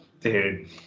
Dude